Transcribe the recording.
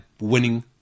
winning